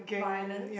violence